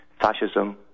fascism